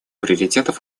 приоритетов